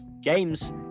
games